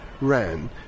ran